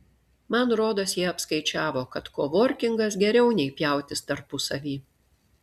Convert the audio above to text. man rodos jie apskaičiavo kad kovorkingas geriau nei pjautis tarpusavy